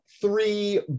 three